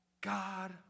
God